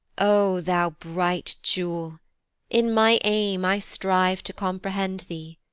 o thou bright jewel in my aim i strive to comprehend thee.